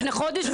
לפני חודש,